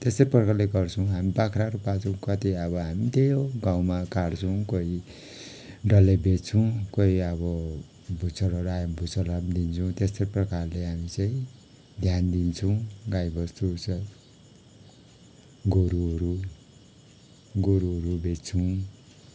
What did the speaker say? त्यस्तै प्रकारले गर्छौँ हामी बाख्राहरू पाल्छौँ कति अब हामी त्यही हो गाउँमा काट्छौँ कोही डल्लै बेच्छौँ कोही अब बुच्चरहरू आयो भने बुच्चरहरूलाई पनि दिन्छौँ त्यस्तै प्रकारले हामी चाहिँ ध्यान दिन्छौँ गाई बस्तु उस गोरुहरू गोरुहरू बेच्छौँ